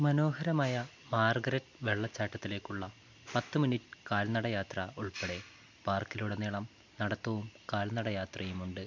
മനോഹരമായ മാർഗരറ്റ് വെള്ളച്ചാട്ടത്തിലേക്കുള്ള പത്ത് മിനിറ്റ് കാൽനടയാത്ര ഉൾപ്പെടെ പാർക്കിലുടനീളം നടത്തവും കാൽനടയാത്രയുമുണ്ട്